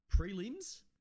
prelims